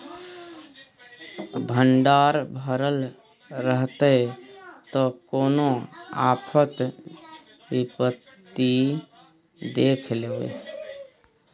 भंडार भरल रहतै त कोनो आफत विपति देख लेबै